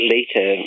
Later